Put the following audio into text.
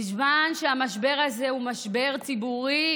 בזמן שהמשבר הזה הוא משבר ציבורי,